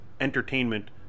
entertainment